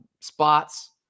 spots